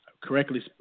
correctly